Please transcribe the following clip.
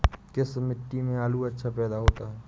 किस मिट्टी में आलू अच्छा पैदा होता है?